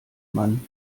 mann